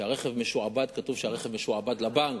כשהרכב משועבד, כתוב שהרכב משועבד לבנק,